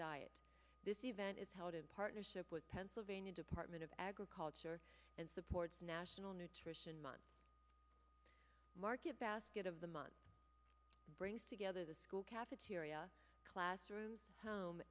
diet this event is held in part pennsylvania department of agriculture and supports national nutrition month market basket of the month brings together the school cafeteria classroom home